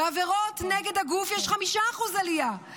בעבירות נגד הגוף יש 5% עלייה,